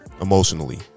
emotionally